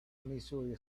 missouri